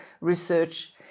research